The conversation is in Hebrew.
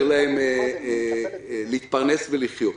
להם להתפרנס ולחיות.